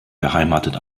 beheimatet